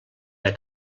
del